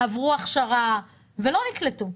עברו הכשרה ולא נקלטו,